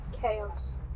Chaos